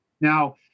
Now